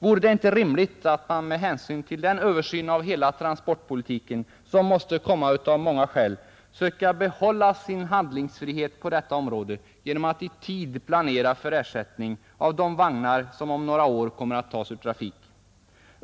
Vore det inte rimligt att man med hänsyn till den översyn av hela transportpolitiken, som måste komma av många skäl, försökte behålla sin handlingsfrihet på detta område genom att i tid planera för ersättning av de vagnar som om några år kommer att tas ur trafik?